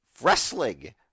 Wrestling